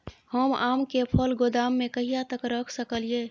हम आम के फल गोदाम में कहिया तक रख सकलियै?